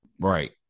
Right